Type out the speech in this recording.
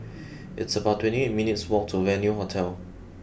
it's about twenty eight minutes' walk to Venue Hotel